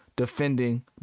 Defending